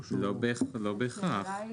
לא בהכרח.